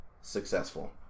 successful